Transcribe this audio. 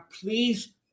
please